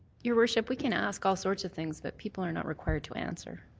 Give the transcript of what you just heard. your worship, we can ask all sorts of things that people are not required to answer.